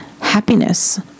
happiness